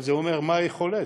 אבל זה אומר מה היכולת.